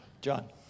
John